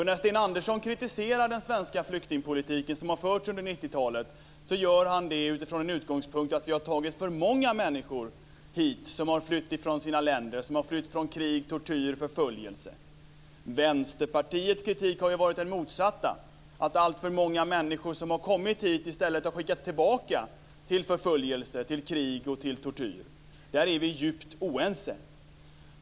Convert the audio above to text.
När Sten Andersson kritiserar den svenska flyktingpolitiken som har förts under 90-talet, gör han det från utgångspunkten att vi har tagit emot för många människor som har flytt från sina länder, från krig, tortyr och förföljelse. Vänsterpartiets kritik har ju varit den motsatta, att alltför många människor som har kommit hit i stället har skickats tillbaka till förföljelse, krig och tortyr. Här är vi djupt oense.